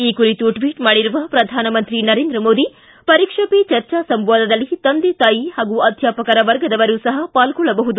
ಈ ಕುರಿತು ಟ್ವಟ್ ಮಾಡಿರುವ ಪ್ರಧಾನಮಂತ್ರಿ ನರೇಂದ್ರ ಮೋದಿ ಪರೀಕ್ಷಾ ಪೇ ಚರ್ಚಾ ಸಂವಾದದಲ್ಲಿ ತಂದೆ ತಾಯಿ ಹಾಗೂ ಅಧ್ಯಾಪಕರ ವರ್ಗದವರು ಸಹ ಪಾಲ್ಗೊಳ್ಳಬಹುದು